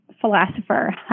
philosopher